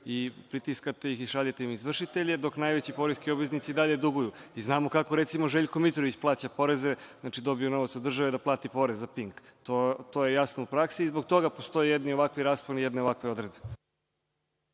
i pritiskate ih i šaljete im izvršitelje, dok najveći poreski obveznici i dalje duguju. Znamo kako, recimo, Željko Mitrović plaća poreze – dobije novac od države da plati porez za „Pink“. To je jasno. Zbog toga postoje ovakvi rasponi jedne ovakve odredbe.